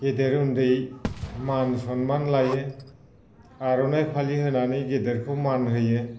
गेदेर उन्दै मान सनमान लायो आरनाइ फालि होनानै गेदेरखौ मान होयो